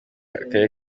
akarere